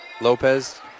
Lopez